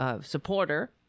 supporter